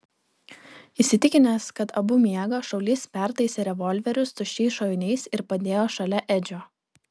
įsitikinęs kad abu miega šaulys pertaisė revolverius tuščiais šoviniais ir padėjo šalia edžio